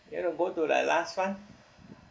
you want to go to the last one